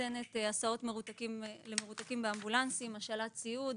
שנותנת הסעות באמבולנסים למרותקים, השאלת ציוד,